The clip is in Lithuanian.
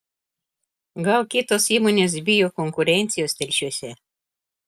gal kitos įmonės bijo konkurencijos telšiuose